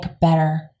better